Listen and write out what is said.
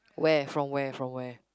where from where from where